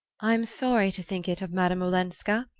i'm sorry to think it of madame olenska,